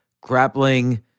grappling